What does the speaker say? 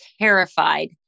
terrified